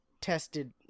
tested